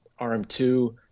RM2